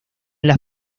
las